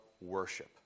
worship